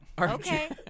Okay